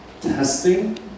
testing